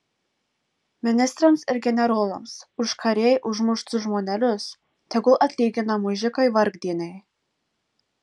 ministrams ir generolams už karėj užmuštus žmonelius tegul atlygina mužikai vargdieniai